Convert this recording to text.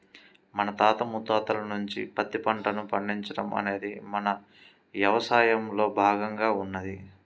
మన తాత ముత్తాతల నుంచే పత్తి పంటను పండించడం అనేది మన యవసాయంలో భాగంగా ఉన్నది